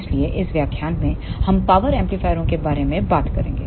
इसलिए इस व्याख्यान में हम पावर एम्पलीफायरों के बारे में बात करेंगे